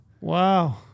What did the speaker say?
Wow